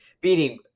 beating